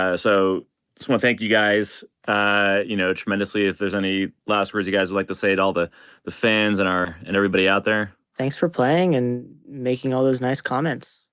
ah so this one. thank you guys you know tremendously if there's any last words you guys would like to say to all the the fans and our and everybody out there thanks for playing and making all those nice comments.